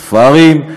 ספרים,